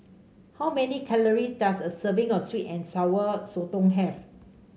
how many calories does a serving of sweet and Sour Sotong have